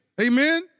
Amen